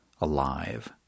alive